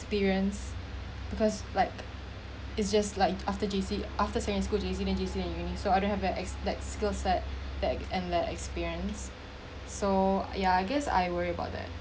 experience because like it's just like after J_C after staying at school J_C then J_C then uni so I don't have that skill set that and that experience so yeah I guess I worry about that